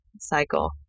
cycle